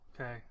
Okay